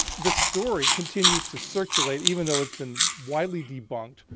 the story continues to circulate even though it's been widely debunked,